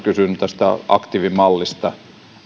kysyn tästä aktiivimallista